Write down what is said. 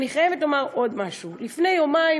ואני חייבת לומר עוד משהו: לפני יומיים